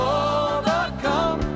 overcome